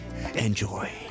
enjoy